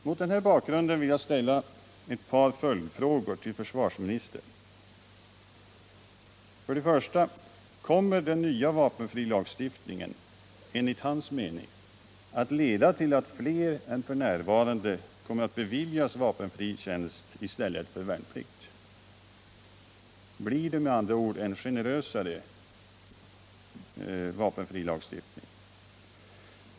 Mot denna bakgrund vill jag ställa ett par följdfrågor till försvarsministern. För det första: Kommer den nya vapenfrilagstiftningen, enligt försvarsministerns mening, att leda till att flera än f.n. kommer att beviljas vapenfri tjänstgöring i stället för värnplikt? Blir det med andra ord en generösare vapenfrilagstiftning?